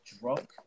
drunk